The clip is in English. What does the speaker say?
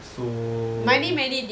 so